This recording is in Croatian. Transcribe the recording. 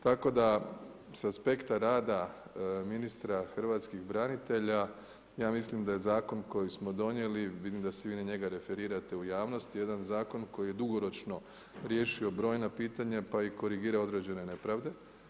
Tako da sa aspekta rada ministra hrvatskih branitelja ja mislim da je zakon koji smo donijeli, vidim da se vi na njega referirate u javnosti je jedan zakon koji je dugoročno riješio brojna pitanja, pa i korigira određene nepravde.